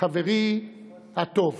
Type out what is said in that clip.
חברי הטוב,